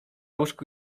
łóżku